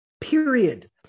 period